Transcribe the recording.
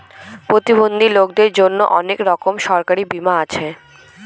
প্রতিবন্ধী লোকদের জন্য অনেক ধরনের সরকারি বীমা আছে